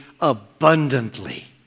abundantly